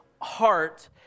heart